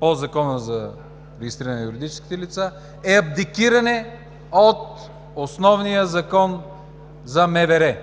по Закона за регистрирането на юридическите лица, е абдикиране от основния Закон за